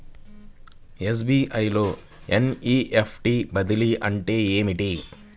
SBI లో NEFT బదిలీ అంటే ఏమిటి?